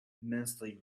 immensely